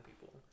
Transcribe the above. people